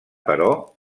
però